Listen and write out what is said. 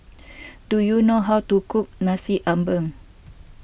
do you know how to cook Nasi Ambeng